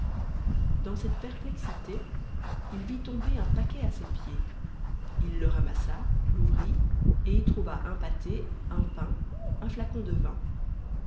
dans cette perplexité il vit tomber un paquet à ses pieds il le ramassa l'ouvrit et y trouva un pâté un pain un flacon de vin